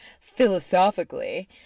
philosophically